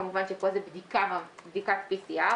(כמובן שפה זה בדיקת PCR,